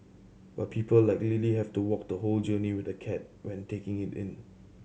but people like Lily have to walk the whole journey with the cat when taking it in